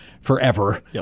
forever